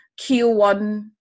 Q1